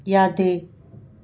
ꯌꯥꯗꯦ